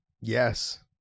yes